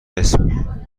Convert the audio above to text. اسم